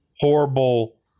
horrible